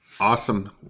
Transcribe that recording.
Awesome